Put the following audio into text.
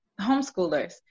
homeschoolers